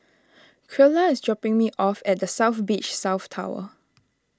Creola is dropping me off at the South Beach South Tower